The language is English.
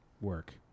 work